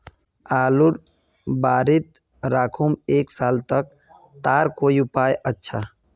आलूर बारित राखुम एक साल तक तार कोई उपाय अच्छा?